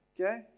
Okay